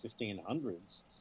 1500s